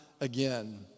again